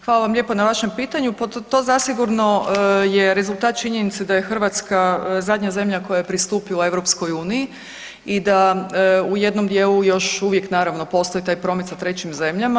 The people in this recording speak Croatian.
Hvala vam lijepo na vašem pitanju, pa to zasigurno je rezultat činjenice da je Hrvatska zadnja zemlja koja je pristupila EU i da u jednom dijelu još uvijek naravno postoji taj promet sa trećim zemljama.